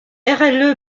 rle